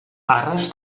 arras